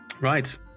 Right